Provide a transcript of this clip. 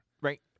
Right